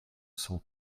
cent